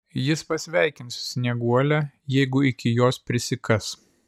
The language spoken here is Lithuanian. jis pasveikins snieguolę jeigu iki jos prisikas